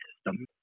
system